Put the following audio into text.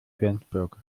flensburg